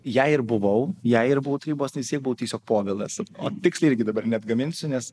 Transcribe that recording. jei ir buvau jei ir buvau tarybos narys jau tiesiog povilas o tiksliai irgi dabar neatgaminsiu nes